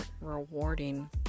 rewarding